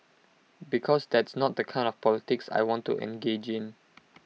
because that's not the kind of the politics I want to engage in